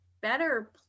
better